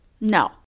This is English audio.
No